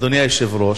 אדוני היושב-ראש,